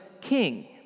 king